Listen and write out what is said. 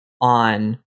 on